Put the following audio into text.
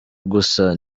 gusa